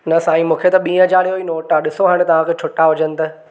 न साईं मूंखे त ॿीं हज़ार जो ई नोट आहे ॾिसो हाणे तव्हांखे छुटा हुजनि त